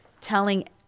telling